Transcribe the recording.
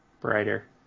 brighter